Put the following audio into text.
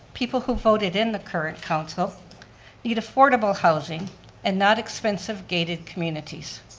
people who voted in the current council need affordable housing and not expensive gated communities.